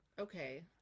Okay